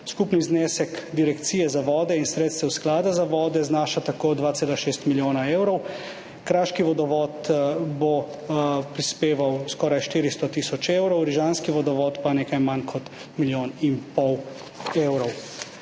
skupni znesek Direkcije za vode in sredstev Sklada za vode tako znaša 2,6 milijona evrov. Kraški vodovod bo prispeval skoraj 400 tisoč evrov, Rižanski vodovod pa nekaj manj kot milijon in pol evrov.